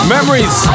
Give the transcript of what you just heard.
Memories